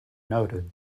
noted